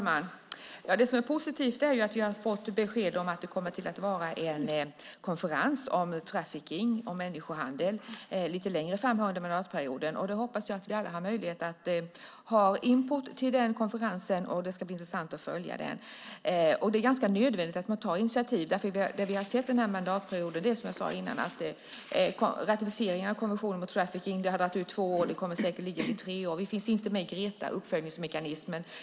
Fru talman! Det som är positivt är att vi har fått besked om att det kommer att vara en konferens om trafficking, om människohandel, lite längre fram under mandatperioden. Då hoppas jag att vi alla har möjlighet att göra input till den konferensen. Det ska bli intressant att följa den. Det är nödvändigt att ta initiativ. Det vi har sett under den här mandatperioden är, som jag sade innan, att ratificeringen av konventionen mot trafficking har tagit över två år. Det kommer säkerligen att bli tre år. Vi finns inte med på Kreta, uppföljningsmekanismen.